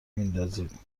میندازید